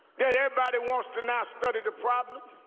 that everybody wants to now study the problem.